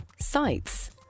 Sites